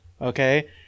okay